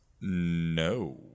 No